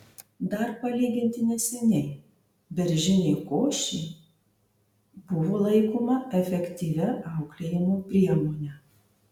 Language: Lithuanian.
dar palyginti neseniai beržinė košė buvo laikoma efektyvia auklėjimo priemone